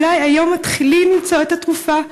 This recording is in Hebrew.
אולי היום מתחילים למצוא את התרופה,